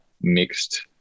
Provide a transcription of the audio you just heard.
mixed